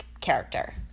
character